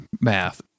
math